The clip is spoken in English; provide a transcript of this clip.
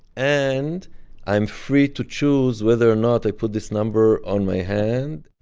and i am free to choose whether or not i put this number on my hand